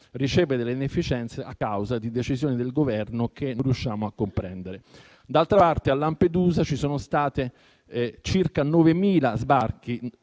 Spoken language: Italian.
riceve delle inefficienze a causa di decisioni del Governo che non riusciamo a comprendere. D'altra parte, a Lampedusa circa 9.000 persone